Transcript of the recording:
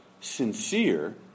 sincere